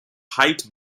height